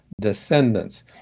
descendants